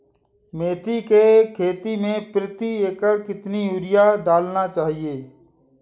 मेथी के खेती में प्रति एकड़ कितनी यूरिया डालना चाहिए?